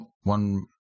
one